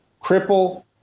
cripple